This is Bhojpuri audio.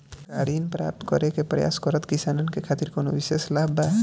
का ऋण प्राप्त करे के प्रयास करत किसानन के खातिर कोनो विशेष लाभ बा